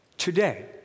today